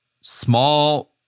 Small